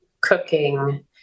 cooking